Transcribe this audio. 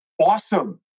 Awesome